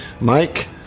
Mike